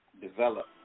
develop